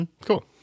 cool